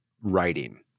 writing